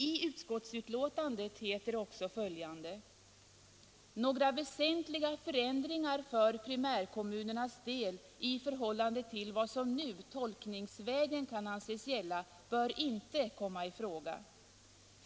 I utskottsbetänkandet heter det också: ”Några väsentliga förändringar för primärkommunernas del i förhållande till vad som nu ”tolkningsvägen” kan anses gälla bör inte komma i fråga.